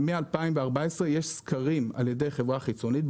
ומ-2014 יש סקרים על ידי חברה חיצונית,